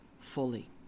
fully